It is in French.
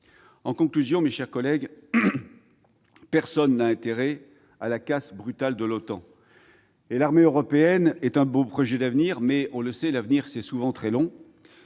En conclusion, mes chers collègues, personne n'a intérêt à la casse brutale de l'OTAN. L'armée européenne est un beau projet d'avenir ; mais l'avenir, c'est souvent très long